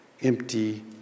empty